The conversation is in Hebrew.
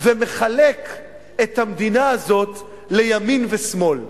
ומחלק את המדינה הזאת לימין ושמאל.